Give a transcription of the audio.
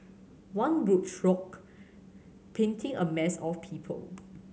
one broad stroke painting a mass of people